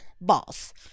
balls